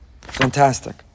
Fantastic